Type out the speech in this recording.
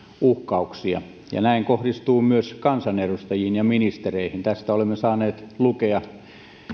uhkauksia ja näin kohdistuu myös kansanedustajiin ja ministereihin tästä olemme saaneet lukea